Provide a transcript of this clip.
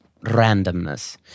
randomness